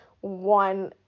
one